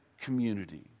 community